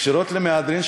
כשרות למהדרין,